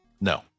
No